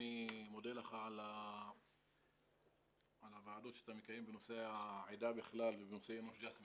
אני מודה לך על הוועדות שאתה מקיים בנושא העדה בכלל ובנושא יאנוח-ג'ת.